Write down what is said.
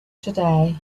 today